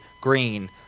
green